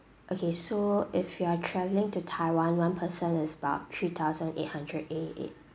okay so if you are travelling to taiwan one person is about three thousand eight hundred eight eight